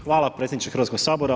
Hvala predsjedniče Hrvatskog sabora.